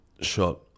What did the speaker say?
shot